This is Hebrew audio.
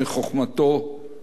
חוכמתו מתקיימת,